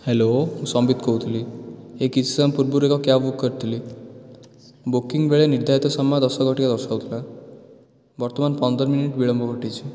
hello ମୁଁ ସମ୍ବିତ କହୁଥିଲି ଏ କିଛି ସମୟ ପୂର୍ବରୁ ଏକ କ୍ୟାବ୍ ବୁକ୍ କରିଥିଲି ବୁକିଂ ବେଳେ ନିର୍ଧାରିତ ସମୟ ଦଶ ଘଟିକା ଦର୍ଶାଉଥିଲା ବର୍ତ୍ତମାନ ପନ୍ଦର ମିନିଟ୍ ବିଳମ୍ବ ଘଟିଛି